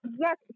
yes